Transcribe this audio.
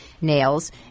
nails